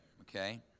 Okay